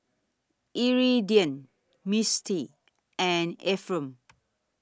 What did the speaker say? Iridian Mistie and Ephram